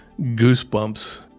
goosebumps